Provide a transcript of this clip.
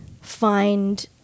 find